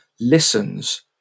listens